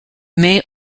may